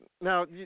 now